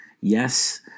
Yes